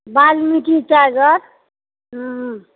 Valmiki tiger